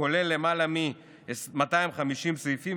הכולל למעלה מ-250 סעיפים,